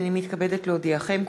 הנני מתכבדת להודיעכם,